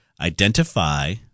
identify